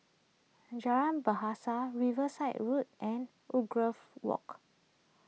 Jalan Bahasa Riverside Road and Woodgrove Walk